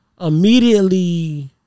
immediately